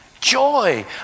joy